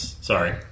Sorry